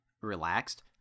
relaxed